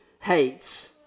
hates